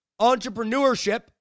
entrepreneurship